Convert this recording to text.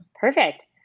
perfect